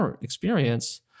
experience